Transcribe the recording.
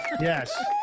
Yes